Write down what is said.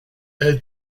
elle